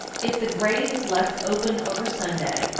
if the grave is left open over sunday,